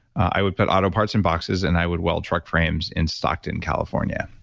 i would put auto parts in boxes, and i would weld truck frames in stockton, california.